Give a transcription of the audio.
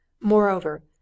Moreover